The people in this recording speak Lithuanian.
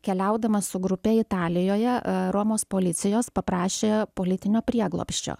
keliaudamas su grupe italijoje romos policijos paprašė politinio prieglobsčio